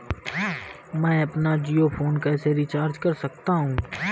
मैं अपना जियो फोन कैसे रिचार्ज कर सकता हूँ?